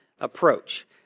approach